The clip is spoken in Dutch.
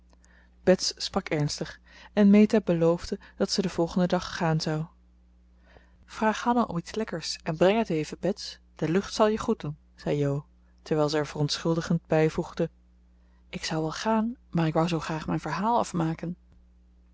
bets sprak ernstig en meta beloofde dat zij den volgenden dag gaan zou vraag hanna om iets lekkers en breng het even bets de lucht zal je goed doen zei jo terwijl ze er verontschuldigend bijvoegde ik zou wel gaan maar ik wou zoo graag mijn verhaal afmaken